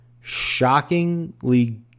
shockingly